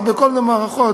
בכל מיני מערכות,